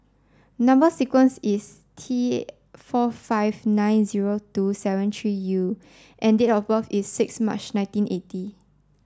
number sequence is T four five nine zero two seven three U and date of birth is six March nineteen eighty